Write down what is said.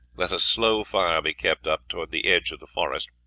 let a slow fire be kept up towards the edge of the forest,